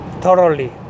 thoroughly